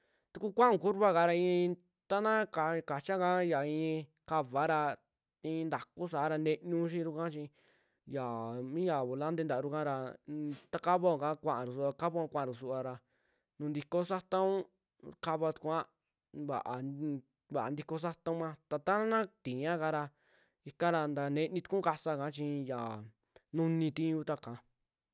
Tukuu kua'aun curva kara i'ii tana ka- kachiaka i'i kaava ra, i'in ntaku saara ntiniun xii ruka chi yaa mi yaa volante ntaaru ika ra ta kavaoaka kuaaru suua, kavua kuaaru suuvara nu'u ntikoo saataun kavaa tukuua vaa n- ntikoo sataunma ta tana tiiakara, ikara ntaa ntenitukuun kasaaka chii ya nuni ti'i kuutuaka.